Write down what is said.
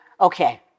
okay